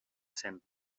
cent